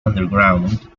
underground